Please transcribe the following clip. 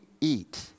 eat